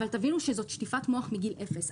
אבל תבינו שזאת שטיפת מוח מגיל אפס.